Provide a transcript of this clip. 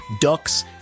ducks